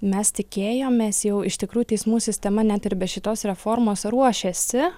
mes tikėjomės jau iš tikrų teismų sistema net ir be šitos reformos ruošiasi